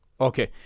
Okay